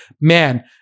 man